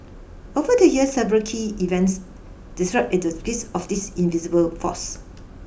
over the years several key events the skills of this invisible force